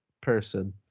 person